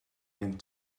gen